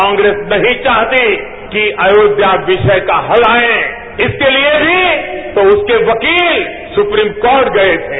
कांग्रेस नहीं चाहती कि अयोध्या विषय का हल आए इसके लिए भी उसके वकील सुप्रीम कोर्ट गए थे